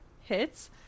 hits